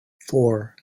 four